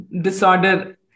disorder